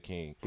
King